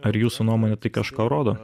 ar jūsų nuomone tai kažką rodo